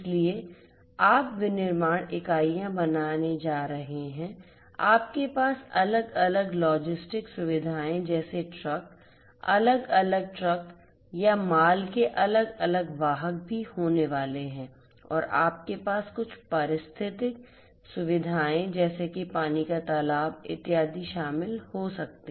इसलिए आप विनिर्माण इकाइयां बनाने जा रहे हैं आपके पास अलग अलग लॉजिस्टिक सुविधाएं जैसे ट्रक अलग अलग ट्रक या माल के अलग अलग वाहक भी होने वाले हैं और आप के पास कुछ पारिस्थितिक सुविधाएं जैसे कि पानी के तालाब इत्यादि शामिल हो सकते हैं